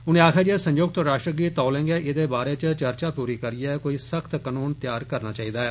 उनें आक्खेआ जे संयुक्त राष्ट्र गी तौले गै एह्दे बारे च चर्चा पूरी करियै कोई सख्त कनून तैयार करना चाहि्दा ऐ